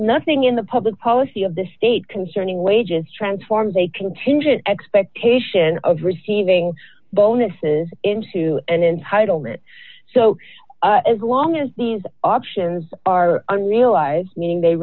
nothing in the public policy of the state concerning wages transforms a contingent expectation of receiving bonuses into an entitlement so as long as these options are on realize meaning they